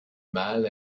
mal